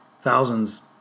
thousands